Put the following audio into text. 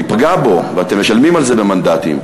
הוא פגע בו, ואתם משלמים על זה במנדטים,